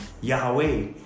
Yahweh